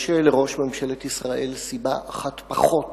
יש לראש ממשלת ישראל סיבה אחת פחות